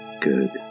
Good